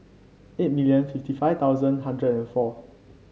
eight million fifty five thousand hundred and four